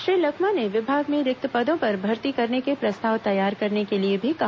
श्री लखमा ने विभाग में रिक्त पदों पर भत र्ष करने के प्रस्ताव तैयार करने के लिए भी कहा